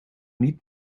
niet